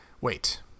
Wait